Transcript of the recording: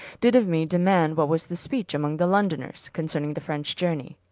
did of me demand what was the speech among the londoners, concerning the french iourney.